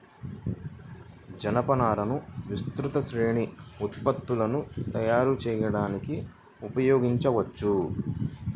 జనపనారను విస్తృత శ్రేణి ఉత్పత్తులను తయారు చేయడానికి ఉపయోగించవచ్చు